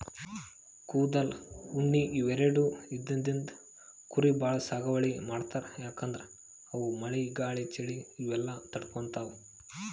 ಕೂದಲ್, ಉಣ್ಣಿ ಇವೆರಡು ಇದ್ದಿದ್ ಕುರಿ ಭಾಳ್ ಸಾಗುವಳಿ ಮಾಡ್ತರ್ ಯಾಕಂದ್ರ ಅವು ಮಳಿ ಗಾಳಿ ಚಳಿ ಇವೆಲ್ಲ ತಡ್ಕೊತಾವ್